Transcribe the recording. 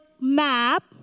map